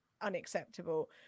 unacceptable